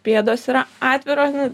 pėdos yra atviros